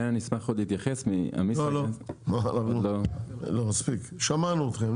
אני אסמך עוד להתייחס -- לא, לא, שמענו אתכם.